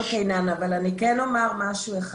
אבל אני כן אומר משהו אחד.